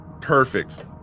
Perfect